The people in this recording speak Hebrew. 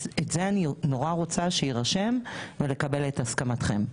אז אני נורא רוצה שזה יירשם, ולקבל את הסכמתכם.